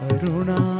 Aruna